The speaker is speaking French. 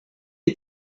est